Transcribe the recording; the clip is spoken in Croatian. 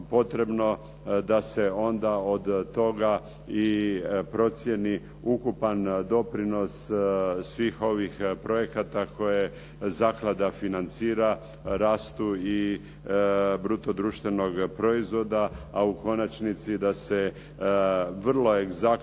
da se onda od toga i procijeni ukupan doprinos svih ovih projekata koje zaklada financira, rastu i bruto društvenog proizvoda, a u konačnici da se vrlo egzaktno